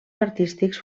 artístics